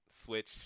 Switch